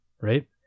right